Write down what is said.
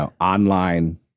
online